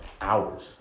hours